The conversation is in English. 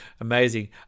amazing